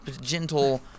gentle